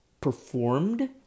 performed